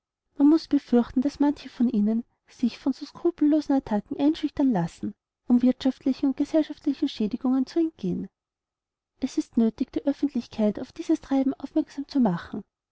man muß befürchten daß manche von ihnen sich von so skrupellosen attacken einschüchtern lassen um wirtschaftlichen und gesellschaftlichen schädigungen zu entgehen es ist nötig die öffentlichkeit auf dieses treiben aufmerksam zu machen